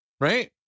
Right